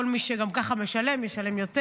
כל מי שגם כך משלם ישלם יותר,